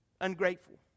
ungrateful